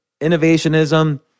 innovationism